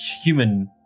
human